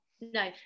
no